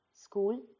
school